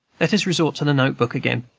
let us resort to the note-book again.